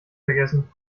vergessen